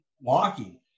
walking